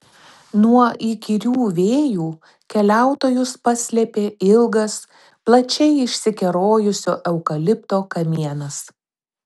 nuo įkyrių vėjų keliautojus paslėpė ilgas plačiai išsikerojusio eukalipto kamienas